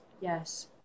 Yes